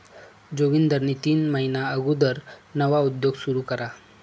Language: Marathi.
जोगिंदरनी तीन महिना अगुदर नवा उद्योग सुरू करा